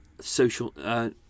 social